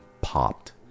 popped